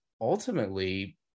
ultimately